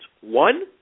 One